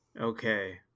Okay